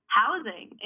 housing